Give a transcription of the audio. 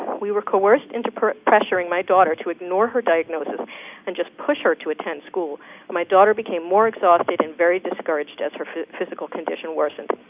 we were co horsed into pressuring my daughter to ignore her diagnosis and just push her to attend school, and my daughter became more exhausted and very discouraged as her physical condition worsened.